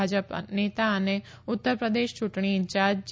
ભાજપ નેતા અને ઉત્તરપ્રદેશ ચૂંટણી ઇન્ચાર્જ જે